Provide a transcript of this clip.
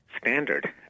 standard